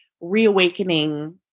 reawakening